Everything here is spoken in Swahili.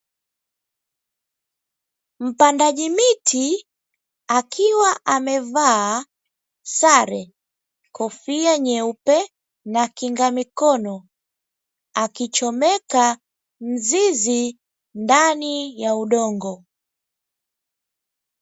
Mpandaji miti akiwa amevaa sare, kofia nyeupe na kinga mikono, akichomeka mzizi ndani ya udongo.